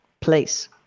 place